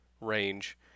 range